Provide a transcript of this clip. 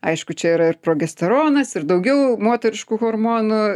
aišku čia yra ir progesteronas ir daugiau moteriškų hormonų